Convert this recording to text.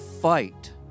Fight